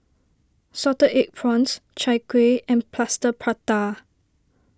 Salted Egg Prawns Chai Kueh and Plaster Prata